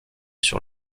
sur